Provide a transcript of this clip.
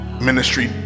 Ministry